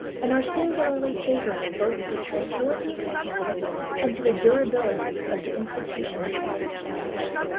and are singularly favorable both to the tranquillity of the people and to the durability of the institutions it has established.